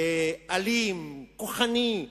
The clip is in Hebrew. אלים, כוחני.